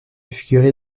figurer